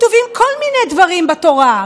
כתובים כל מיני דברים בתורה,